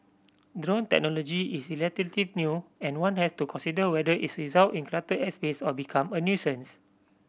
drone technology is relatively new and one has to consider whether its result in cluttered airspace or become a nuisance